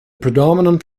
predominant